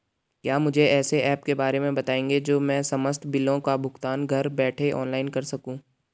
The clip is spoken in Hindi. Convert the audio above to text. क्या मुझे ऐसे ऐप के बारे में बताएँगे जो मैं समस्त बिलों का भुगतान घर बैठे ऑनलाइन कर सकूँ?